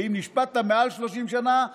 ואם נשפטת מעל 30 שנה,